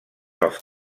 els